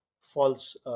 false